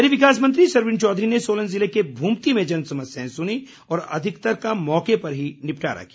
शहरी विकास मंत्री सरवीण चौधरी ने सोलन ज़िले के भूमती में जन समस्याएं सुनीं और अधिकतर का मौके पर ही निपटारा किया